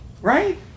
Right